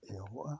ᱮᱦᱚᱵᱚᱜᱼᱟ